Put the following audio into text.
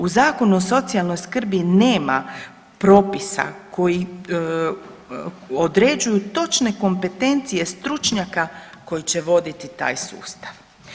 U Zakonu o socijalnoj skrbi nema propisa koji određuju točne kompetencije stručnjaka koji će voditi taj sustav.